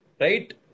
Right